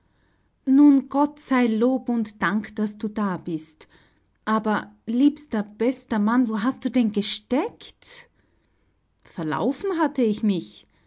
nun gott sei lob und dank daß du da bist aber liebster bester mann wo hast du denn gesteckt verlaufen hatte ich mich